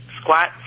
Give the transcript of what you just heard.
squat